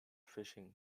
fishing